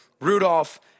Rudolph –